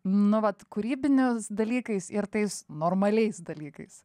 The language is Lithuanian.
nu vat kūrybinius dalykais ir tais normaliais dalykais